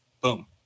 Boom